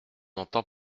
entend